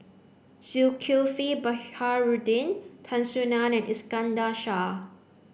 Zulkifli Tan Soo Nan and Iskandar Shah